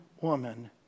woman